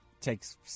takes